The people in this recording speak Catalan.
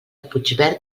puigverd